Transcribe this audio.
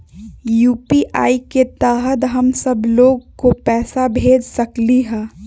UPI के तहद हम सब लोग को पैसा भेज सकली ह?